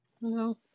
No